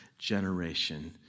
generation